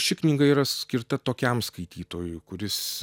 ši knyga yra skirta tokiam skaitytojui kuris